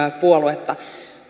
puoluetta